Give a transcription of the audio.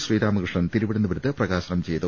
ശ്രീരാമകൃഷ്ണൻ തിരുവനന്തപുരത്ത് പ്രകാശനം ചെയ്തു